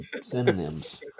synonyms